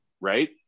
Right